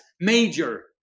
major